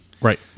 Right